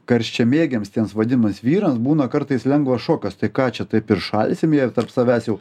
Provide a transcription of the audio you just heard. karščiamėgiams tiems vadinamiems vyrams būna kartais lengvas šokas tai ką čia taip ir šalsim jie tarp savęs jau